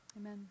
amen